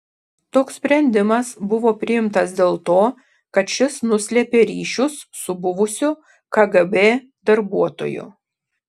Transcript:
toks sprendimas buvo priimtas dėl to kad šis nuslėpė ryšius su buvusiu kgb darbuotoju